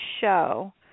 show